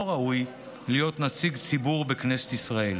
ראוי להיות נציג ציבור בכנסת ישראל.